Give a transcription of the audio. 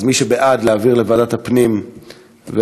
אז מי שבעד להעביר לוועדת הפנים והסביבה